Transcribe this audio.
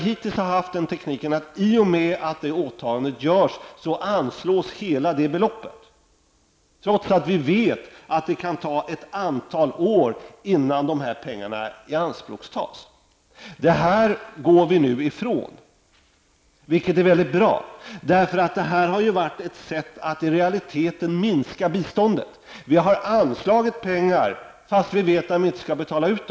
Hittills har vi haft den tekniken att i och med att detta åtagande görs anslås hela beloppet, trots att vi vet att det kan ta ett antal år innan dessa pengar ianspråktas. Detta går vi nu ifrån, vilket är mycket bra. Detta har nämligen varit ett sätt att i realiteten minska biståndet. Vi har anslagit pengar trots att vi vet att de inte skall betalas ut.